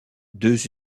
deux